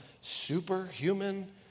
superhuman